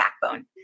backbone